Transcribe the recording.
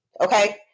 okay